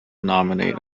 nominate